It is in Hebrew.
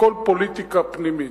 הכול פוליטיקה פנימית.